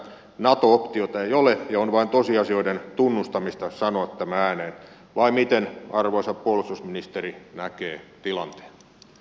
nato optiota ei ole ja on vain tosiasioiden tunnustamista sanoa tämä ääneen vai miten arvoisa puolustusministeri näkee tilanteen